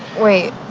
wait.